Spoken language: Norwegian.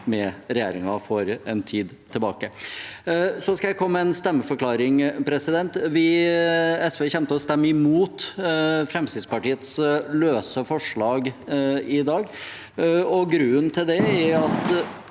med regjeringen for en tid siden. Så skal jeg komme med en stemmeforklaring. Vi i SV kommer til å stemme imot Fremskrittspartiets løse forslag i dag. Grunnen til det er at